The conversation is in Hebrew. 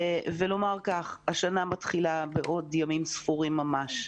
ולומר: השנה מתחילה בעוד ימים ספורים ממש.